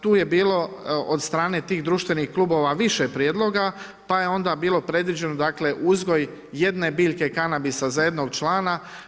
Tu je bilo od strane tih društvenih klubova više prijedloga, pa je onda bilo predviđeno dakle, uzgoj jedne biljke kanabisa za jednog člana.